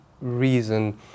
reason